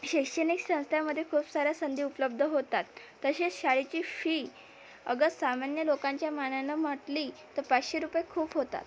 शैक्षणिक संस्थांमध्ये खूप साऱ्या संधी उपलब्ध होतात तसेच शाळेची फी अगर सामान्य लोकांच्या मानानं म्हटली तर पाचशे रुपये खूप होतात